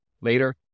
later